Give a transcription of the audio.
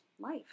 life